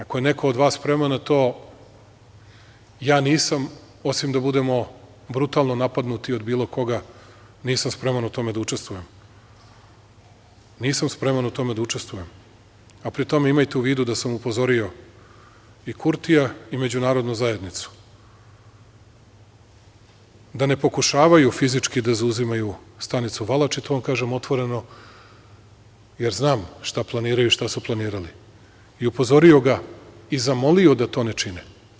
Ako je neko od vas spreman na to, ja nisam, osim da budemo brutalno napadnuti od bilo koga, nisam spreman u tome da učestvujem, a pri tom imajte u vidu da sam upozorio i Kurtija i Međunarodnu zajednicu da ne pokušavaju fizički da zauzimaju stanicu Valač, i to vam kažem otvoreno, jer znam šta planiraju i šta su planirali i upozorio ga i zamolio da to ne čine.